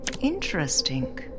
Interesting